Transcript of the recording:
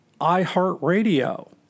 iHeartRadio